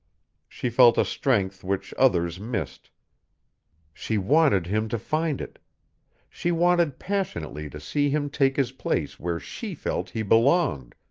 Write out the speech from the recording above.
she felt a strength which others missed she wanted him to find it she wanted passionately to see him take his place where she felt he belonged,